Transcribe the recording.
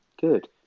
Good